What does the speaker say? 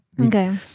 Okay